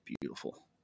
beautiful